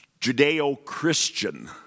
Judeo-Christian